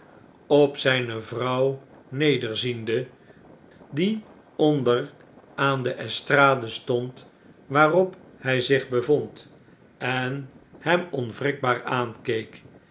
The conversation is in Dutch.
op zijne vrouw nederziende die onder aan deestrade stond waarop hjj zich bevond en hem onwrikbaar aankeek